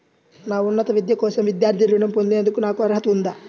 నా ఉన్నత విద్య కోసం విద్యార్థి రుణం పొందేందుకు నాకు అర్హత ఉందా?